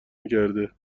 میکرده